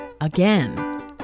Again